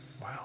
Wow